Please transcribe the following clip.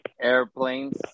airplanes